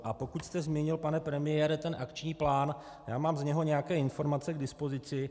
A pokud jste zmínil, pane premiére, ten akční plán, mám z něj nějaké informace k dispozici.